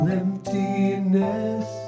emptiness